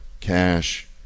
cash